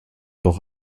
doch